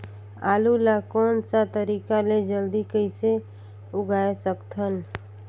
आलू ला कोन सा तरीका ले जल्दी कइसे उगाय सकथन?